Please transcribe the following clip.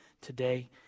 today